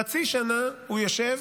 חצי שנה הוא ישב,